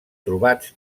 trobats